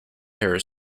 terror